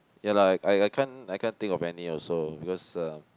ya lah I I can't I can't think of any also because uh